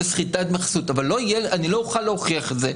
זאת סחיטת דמי חסות אבל אני לא אוכל להוכיח את זה.